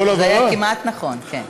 זה היה כמעט נכון, כן.